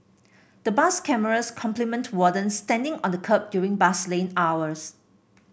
the bus cameras complement wardens standing on the kerb during bus lane hours